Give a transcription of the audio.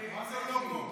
מה זה לא פה?